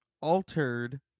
altered